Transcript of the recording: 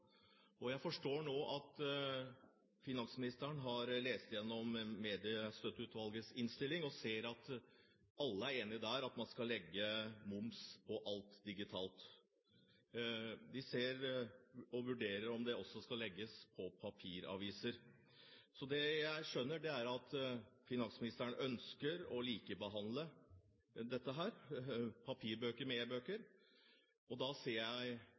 Jeg forstår nå at finansministeren har lest gjennom Mediestøtteutvalgets innstilling og sett at alle er enige om der at man skal legge moms på alt digitalt. De ser på og vurderer om det også skal legges på papiraviser. Så det jeg skjønner, er at finansministeren ønsker å likebehandle papirbøker og e-bøker, og da ser jeg